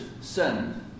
sin